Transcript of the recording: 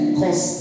cause